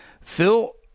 Phil